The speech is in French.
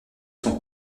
son